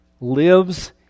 lives